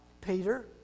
Peter